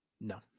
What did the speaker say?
No